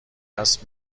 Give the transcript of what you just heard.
است